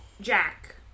Jack